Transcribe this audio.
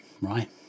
right